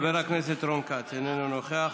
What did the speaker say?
חבר הכנסת רון כץ, איננו נוכח.